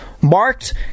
marked